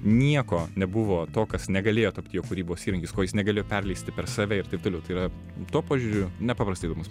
nieko nebuvo to kas negalėjo tapti jo kūrybos įrankiais ko jis negalėjo perleisti per save ir taip toliau tai yra tuo požiūriu nepaprastai įdomus